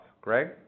Greg